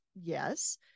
yes